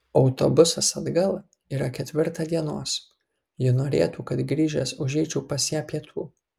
autobusas atgal yra ketvirtą dienos ji norėtų kad grįžęs užeičiau pas ją pietų